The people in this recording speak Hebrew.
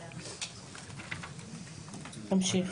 תמשיך.